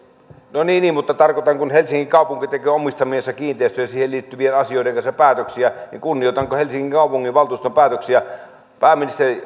no niin niin mutta tarkoitan että kun helsingin kaupunki teki omistamiensa kiinteistöjen ja niihin liittyvien asioiden kanssa päätöksiä niin kunnioitan helsingin kaupunginvaltuuston päätöksiä pääministeri